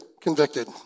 convicted